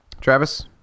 Travis